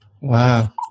Wow